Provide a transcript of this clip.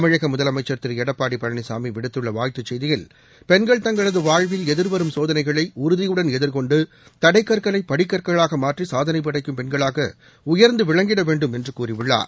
தமிழக முதலமைச்சர் திரு எடப்பாடி பழனிசாமி விடுத்துள்ள வாழ்த்துச் செய்தியில் பெண்கள் தங்களது வாழ்வில் எதிர்வரும் சோதனைகளை உறுதியுடன் எதிர்கொண்டு தடைக் கற்களை படிகற்களாக மாற்றி சாதனைப் படைக்கும் பெண்களாக உயர்ந்து விளங்கிட வேண்டும் என்று கூறியுள்ளார்